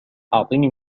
أعطني